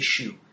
issue